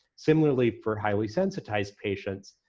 similarly for highly sensitized patients,